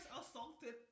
assaulted